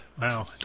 Wow